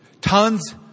Tons